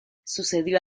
sucedió